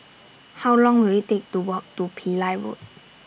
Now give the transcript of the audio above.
How Long Will IT Take to Walk to Pillai Road